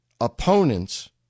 opponents